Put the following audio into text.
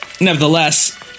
Nevertheless